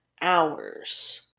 hours